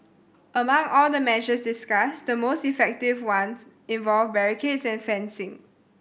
among all the measures discussed the most effective ones involved barricades and fencing